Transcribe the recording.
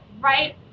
right